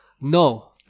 No